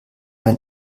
man